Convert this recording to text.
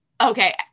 okay